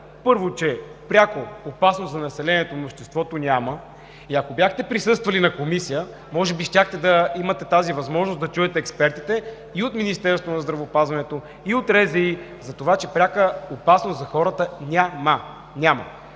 Първо, че пряка опасност за населението на обществото няма. Ако бяхте присъствали на Комисията, може би щяхте да имате тази възможността да чуете експертите и от Министерството на здравеопазването, и от РЗИ за това, че пряка опасност за хората няма. Няма!